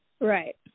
Right